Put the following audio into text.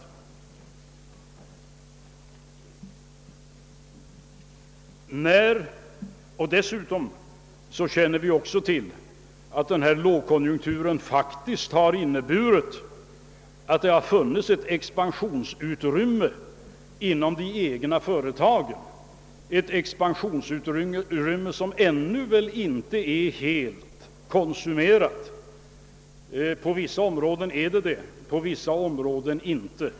Dessutom känner vi till att denna lågkonjunktur faktiskt har inneburit att det har funnits ett expansionsutrymme inom företagen, ett expansionsutrymme som väl ännu inte är helt konsumerat; på vissa områden är så fallet, på vissa områden inte.